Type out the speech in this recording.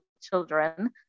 children